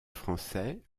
français